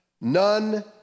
None